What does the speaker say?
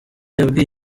yabwiye